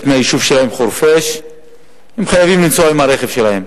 מהיישוב שלהם חורפיש חייבים לנסוע ברכב שלהם.